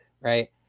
right